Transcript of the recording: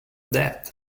that